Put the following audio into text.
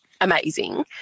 amazing